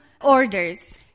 orders